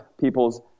people's